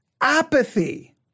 Apathy